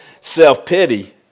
self-pity